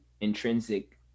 intrinsic